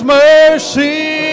mercy